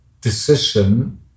decision